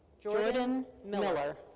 jordan miller.